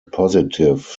positive